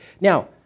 Now